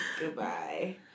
Goodbye